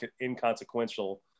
inconsequential